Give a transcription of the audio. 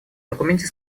документе